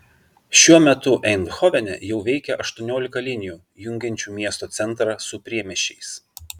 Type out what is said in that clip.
šiuo metu eindhovene jau veikia aštuoniolika linijų jungiančių miesto centrą su priemiesčiais